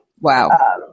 Wow